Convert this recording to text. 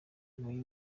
ntuye